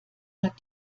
hat